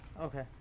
okay